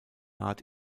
art